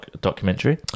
documentary